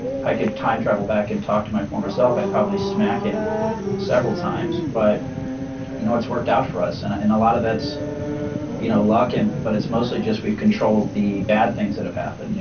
if i could time travel back and talk to my former self, i'd probably smack him several times. but you know, it's worked out for us. and and a lot of that's you know luck, and but it's mostly just we've controlled the bad things that have happened. yeah